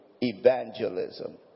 evangelism